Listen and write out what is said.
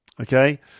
Okay